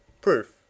Proof